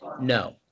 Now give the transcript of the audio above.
No